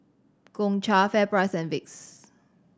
Gongcha FairPrice and Vicks